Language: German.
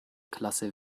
klasse